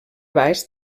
baix